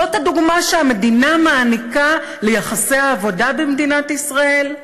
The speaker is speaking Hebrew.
זאת הדוגמה שהמדינה מעניקה ליחסי העבודה במדינת ישראל?